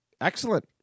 Excellent